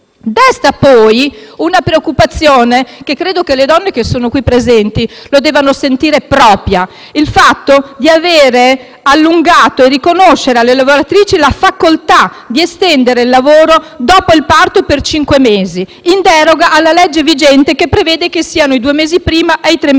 Desta, poi, una preoccupazione - che credo che le donne qui presenti debbano sentire propria - il fatto di aver riconosciuto alla lavoratrici la facoltà di estendere il lavoro dopo il parto per cinque mesi, in deroga alla legge vigente, che prevede che stiano a casa i due mesi prima e i tre mesi dopo.